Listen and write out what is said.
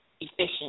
Efficient